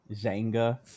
Zanga